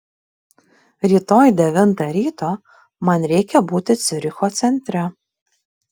rytoj devintą ryto man reikia būti ciuricho centre